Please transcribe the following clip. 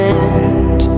end